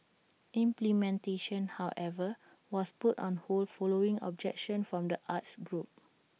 implementation however was put on hold following objection from the arts groups